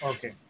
Okay